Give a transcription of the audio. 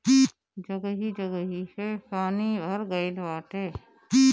जगही जगही पे पानी भर गइल बाटे